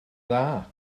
dda